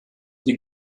die